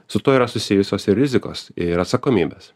su tuo yra susijusios ir rizikos ir atsakomybės